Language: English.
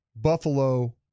Buffalo